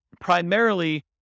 primarily